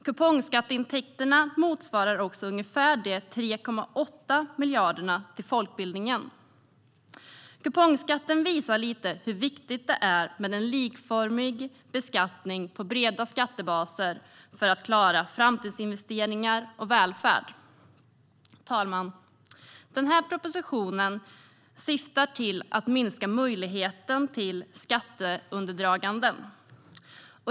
Kupongskatteintäkterna motsvarar också ungefär de 3,8 miljarderna till folkbildningen. Kupongskatten visar lite hur viktigt det är med en likformig beskattning på breda skattebaser för att klara framtidsinvesteringar och välfärd. Herr talman! Propositionen syftar till att minska möjligheten till skatteundandraganden.